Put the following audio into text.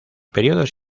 periodos